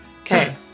Okay